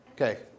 Okay